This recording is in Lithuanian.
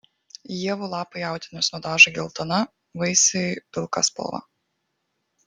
ievų lapai audinius nudažo geltona vaisiai pilka spalva